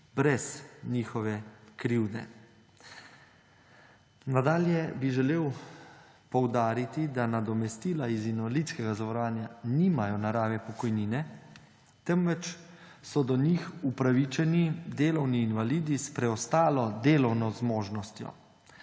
brez njihove krivde. Nadalje bi želel poudariti, da nadomestila iz invalidskega zavarovanja nimajo v naravi pokojnine, temveč so do njih upravičeni delovni invalidi s preostalo delovno zmožnostjo.